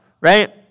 right